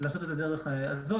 לעשות את הדרך הזו,